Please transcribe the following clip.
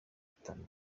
itama